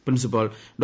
principal Dr